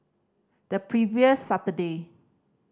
the previous Saturday